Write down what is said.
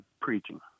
preaching